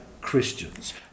Christians